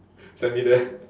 send me there